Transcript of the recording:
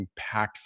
impactful